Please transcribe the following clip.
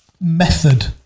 method